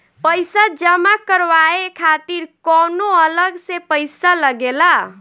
पईसा जमा करवाये खातिर कौनो अलग से पईसा लगेला?